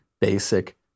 basic